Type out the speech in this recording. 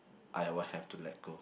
I will have to let go